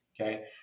okay